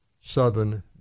southern